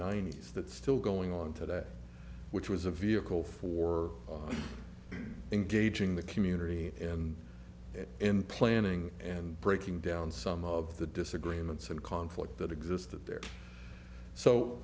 that's still going on today which was a vehicle for engaging the community and in planning and breaking down some of the disagreements and conflict that existed there so